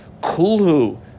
Kulhu